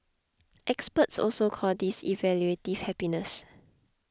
experts also call this evaluative happiness